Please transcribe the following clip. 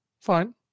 fine